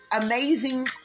amazing